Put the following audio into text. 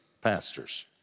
pastors